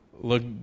look